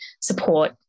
support